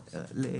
ה'.